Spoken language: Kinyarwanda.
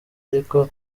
ariko